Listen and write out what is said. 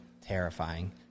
terrifying